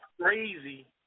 crazy